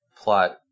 plot